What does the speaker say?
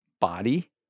body